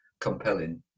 compelling